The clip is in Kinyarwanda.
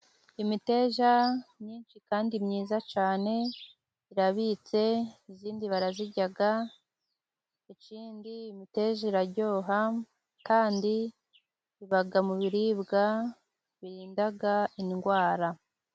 Imiteja myinshi kandi myiza cyane irabitse iyindi barayirya ikindi imiteja iraryoha kandi iba mu biribwa birinda indwara.